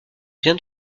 bien